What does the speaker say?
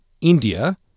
India